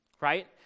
right